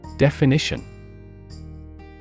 Definition